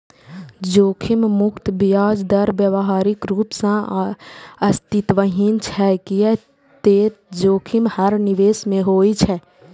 जोखिम मुक्त ब्याज दर व्यावहारिक रूप सं अस्तित्वहीन छै, कियै ते जोखिम हर निवेश मे होइ छै